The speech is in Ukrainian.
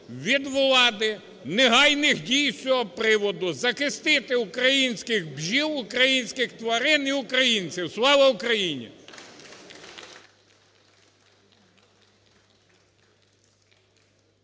від влади негайних дій з цього приводу – захистити українських бджіл, українських тварин і українців! Слава Україні!